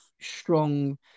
strong